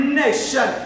nation